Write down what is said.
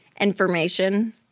information